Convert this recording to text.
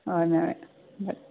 हय ना बरें